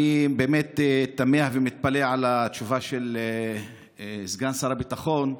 אני באמת תמה ומתפלא על התשובה של סגן שר הביטחון,